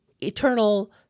eternal